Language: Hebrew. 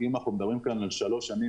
אם אנחנו מדברים כאן על שלוש שנים